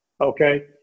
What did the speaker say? Okay